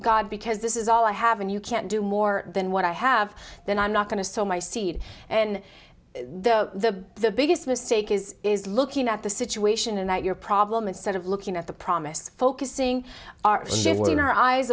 god because this is all i have and you can't do more than what i have then i'm not going to sow my seed and the the biggest mistake is is looking at the situation and that you're problem instead of looking at the promise focusing our shit in our eyes